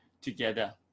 together